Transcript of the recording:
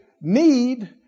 Need